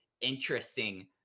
interesting